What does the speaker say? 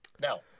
Now